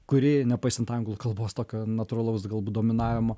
kuri nepaisant anglų kalbos tokio natūralaus galbūt dominavimo